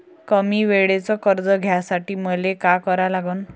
कमी वेळेचं कर्ज घ्यासाठी मले का करा लागन?